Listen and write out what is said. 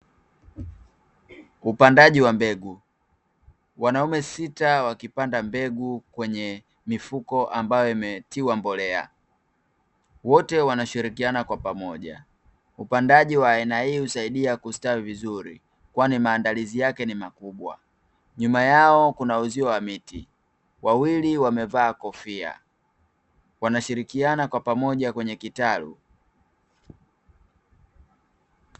Upandaji wa mbegu, wanaume sita wakipanda mbegu kwenye mifuko ambayo imetiwa mbolea. Wote wanashirikiana kwa pamoja. Upandaji wa aina hii husaidia kustawi vizuri, kwani maandalizi yake ni makubwa. Nyuma yao kuna uzio wa miti. Wawili wamevaa kofia, wanashirikiana kwa pamoja kwenye kitalu.